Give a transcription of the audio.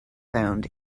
found